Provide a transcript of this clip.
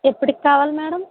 ఎప్పటికి కావాలి మేడమ్